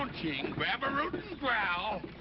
on, ching, grab a root and growl.